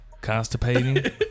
Constipating